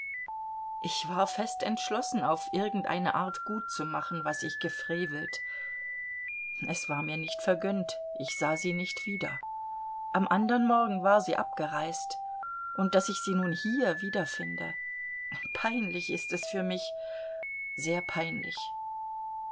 ich war fest entschlossen auf irgend eine art gut zu machen was ich gefrevelt es war mir nicht vergönnt ich sah sie nicht wieder am andern morgen war sie abgereist und daß ich sie nun hier wiederfinde peinlich ist es für mich sehr peinlich